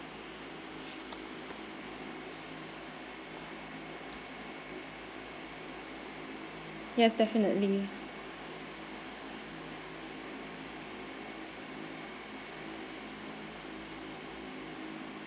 yes definitely